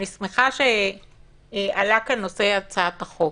אני שמחה שעלה כאן נושא הצעת החוק.